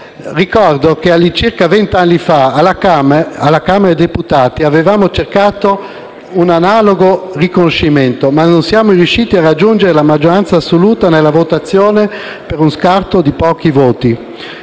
Ricordo che, all'incirca vent'anni fa, alla Camera dei deputati avevamo cercato di ottenere un analogo riconoscimento, ma non siamo riusciti a raggiungere la maggioranza assoluta nella votazione per uno scarto di pochi voti.